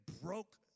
broke